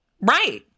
Right